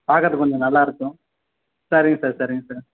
பார்க்கறத்துக்கு கொஞ்சம் நல்லாயிருக்கும் சரிங்க சார் சரிங்க சார்